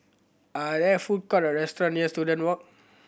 are there food court or restaurant near Student Walk